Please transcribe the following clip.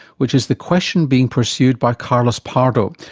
which is the question being pursued by carlos pardo,